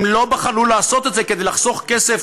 הם לא בחלו בלעשות את זה כדי לחסוך כסף